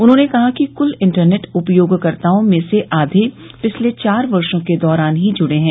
उन्होंने कहा कि कुल इंटरनेट उपयोगकर्ताओं में से आधे पिछले चार वर्षो के दौरान ही जुड़े हैं